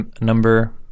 number